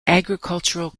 agricultural